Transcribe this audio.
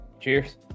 Cheers